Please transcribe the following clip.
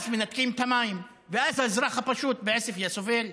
אז מנתקים את המים, ואז האזרח הפשוט בעוספיא סובל.